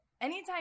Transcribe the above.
anytime